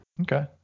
okay